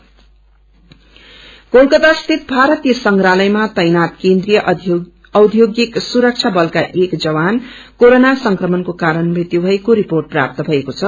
corona plus Kolkata स्थित भाारतीय संप्रहालयमा तैनात केन्द्रिय औष्योगिक सुरक्षा बलका एक जवान कोरोना संक्रमणको कारण मृत्यु भएको रिपोट प्राप्त षएको छ